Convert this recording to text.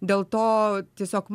dėl to tiesiog